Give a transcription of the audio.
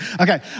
Okay